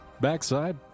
backside